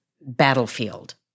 Battlefield